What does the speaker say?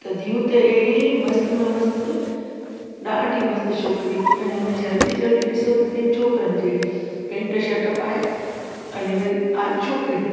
त दियूं त अहिड़ी मस्त में मस्तु ॾाढी मस्तु छोकिरी अन हुनजी हलती चलती ॾिसो त सेम छोकिरनि जहिड़ी पैंट शर्ट पाए अन वरी आहे छोकिरी